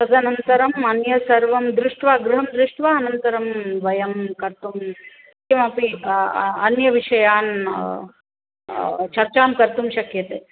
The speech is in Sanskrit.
तदनन्तरम् अन्यद् सर्वं दृष्ट्वा गृहं दृष्ट्वा अनन्तरं वयं कर्तुं तस्यापि अन्यविषयान् चर्चां कर्तुं शक्यते